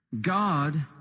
God